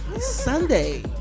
Sunday